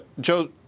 Joe